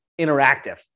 interactive